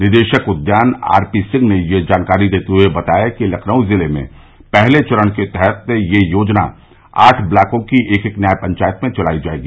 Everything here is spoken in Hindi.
निदेशक उद्यान आरपी सिंह ने यह जानकारी देते हुए बताया है कि लखनऊ जिले में पहले चरण के तहत यह योजना आठ ब्लाकों की एक एक न्याय पंचायत में चलाई जायेगी